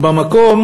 וזה מקום